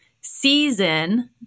season